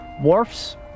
wharfs